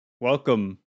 welcome